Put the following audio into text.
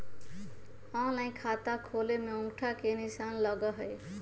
Online खाता खोले में अंगूठा के निशान लगहई?